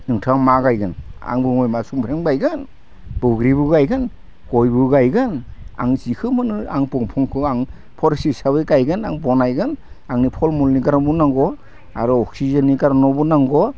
नोंथाङा मा गायगोन आं बुंबाय सुमफ्राम गायगोन बग्रिबो गायगोन गयबो गायगोन आं जिखो मोनो आं दंफाखो आं फरेस्ट हिसाबै गायगोन आं बनायगोन आंनि फल मुलनि कारनेबो नांगौ आरो अक्सिजेननि कारनावबो नांगौ